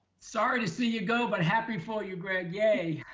sorry to see you go, but happy for you greg, yay.